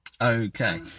Okay